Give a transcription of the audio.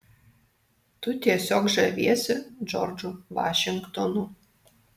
tu tiesiog žaviesi džordžu vašingtonu